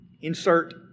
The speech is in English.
insert